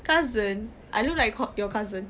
cousin I look like cou~ your cousin